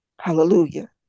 Hallelujah